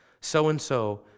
so-and-so